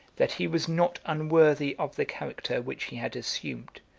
that he was not unworthy of the character which he had assumed,